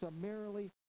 summarily